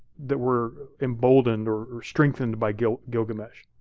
that were emboldened or strengthened by gilgamesh.